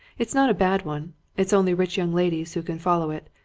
it's not a bad one it's only rich young ladies who can follow it.